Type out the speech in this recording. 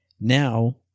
Now